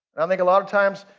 and think a lot of times,